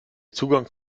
zugang